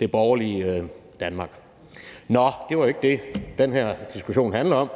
det borgerlige Danmark. Nå, det var jo ikke det, den her diskussion skulle handle om.